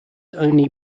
only